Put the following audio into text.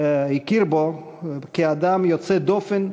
בו כאדם יוצא דופן,